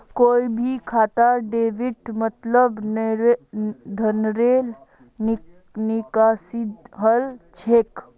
कोई भी खातात डेबिटेर मतलब धनेर निकासी हल छेक